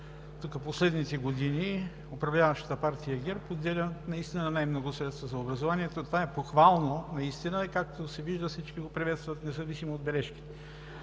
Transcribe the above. в последните години управляващата партия ГЕРБ отделя наистина най-много средства за образованието. Това е похвално, и както се вижда, всички го приветстват, независимо от бележките.